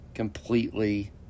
Completely